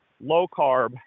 low-carb